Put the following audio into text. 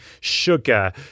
sugar